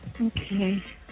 Okay